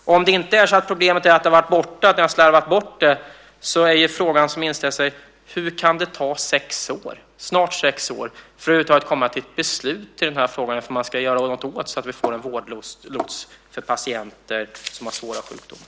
Om problemet inte är att ärendet har varit borta, att ni slarvat bort det, är ju frågan som inställer sig: Hur kan det ta snart sex år att över huvud taget komma till ett beslut i frågan om man ska göra något så att vi får en vårdlots för patienter som har svåra sjukdomar?